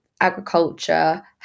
agriculture